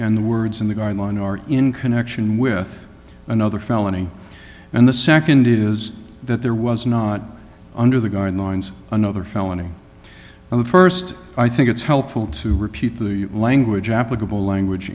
and the words in the guideline are in connection with another felony and the second is that there was not under the guidelines another felony and the first i think it's helpful to repeat the language applicable language